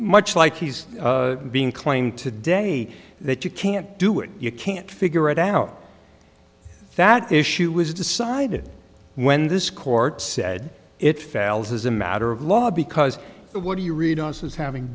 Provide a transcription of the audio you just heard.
much like he's being claimed today that you can't do it you can't figure it out that issue was decided when this court said it fails as a matter of law because what do you read us as having